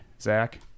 Zach